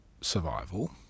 survival